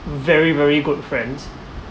very very good friends